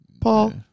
Paul